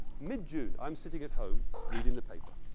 mid-june, i'm sitting at home reading the paper.